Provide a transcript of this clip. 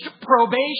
probation